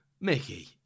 Mickey